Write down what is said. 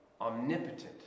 omnipotent